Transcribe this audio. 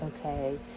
okay